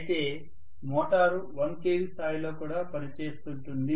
అయితే motor 1 kV స్థాయిలో కూడా పనిచేస్తుంటుంది